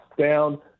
down